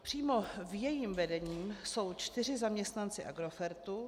Přímo v jejím vedení jsou čtyři zaměstnanci Agrofertu.